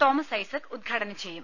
Thomas Isaac ഉദ്ഘാടനം ചെയ്യും